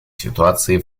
ситуацией